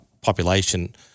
population